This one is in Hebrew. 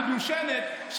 המדושנת,